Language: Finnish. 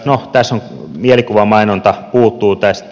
no mielikuvamainonta puuttuu tästä